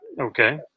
Okay